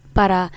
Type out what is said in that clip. para